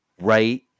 right